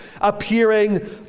appearing